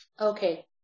okay